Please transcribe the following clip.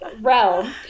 realm